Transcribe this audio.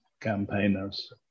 campaigners